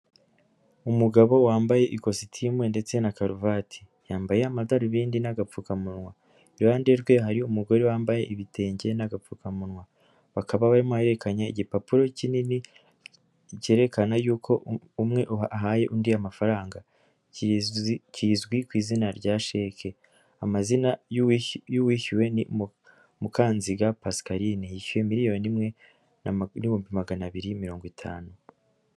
Umugabo wambaye ikositimu ndetse na karuvati, yambaye amadarubindi n'agapfukamunwa, iruhande rwe hari umugore wambaye ibitenge n'agapfukamunwa, bakaba barimo baraherekanye igipapuro kinini cyerekana yuko umwe aha undi amafaranga, kizwi ku izina rya sheke, amazina y'uwishyuwe ni Mukanziga pascaline yishyuye miliyoni imwe n'ibihumbi magana abiri mirongo itanu.